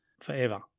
forever